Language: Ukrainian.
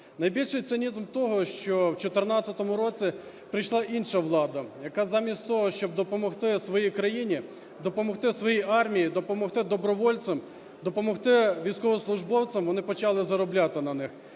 Найбільший цинізм того, що в 2014 році прийшла інша влада, яка замість того, щоб допомогти своїй країні, допомогти своїй армії, допомогти добровольцям, допомогти військовослужбовцям, вони почали заробляти на них.